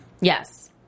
Yes